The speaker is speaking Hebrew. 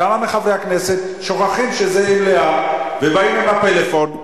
כמה מחברי הכנסת שוכחים שזו מליאה ובאים עם הפלאפון.